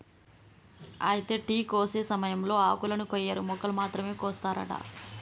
అయితే టీ కోసే సమయంలో ఆకులను కొయ్యరు మొగ్గలు మాత్రమే కోస్తారట